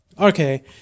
okay